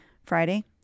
Friday